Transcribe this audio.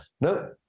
no